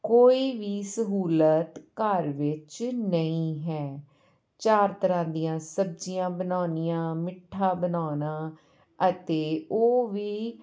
ਕੋਈ ਵੀ ਸਹੂਲਤ ਘਰ ਵਿੱਚ ਨਹੀਂ ਹੈ ਚਾਰ ਤਰ੍ਹਾਂ ਦੀਆਂ ਸਬਜ਼ੀਆਂ ਬਣਾਉਣੀਆਂ ਮਿੱਠਾ ਬਣਾਉਣਾ ਅਤੇ ਉਹ ਵੀ